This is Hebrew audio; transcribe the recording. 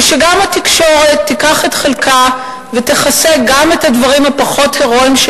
וגם התקשורת לא תיקח את חלקה ותכסה גם את הדברים הפחות הירואיים של